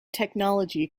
technology